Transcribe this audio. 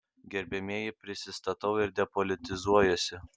gerbiamieji prisistatau ir depolitizuojuosi